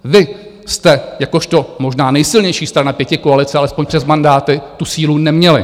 Vy jste jakožto možná nejsilnější strana pětikoalice, alespoň přes mandáty tu sílu neměli.